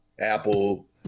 apple